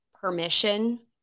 permission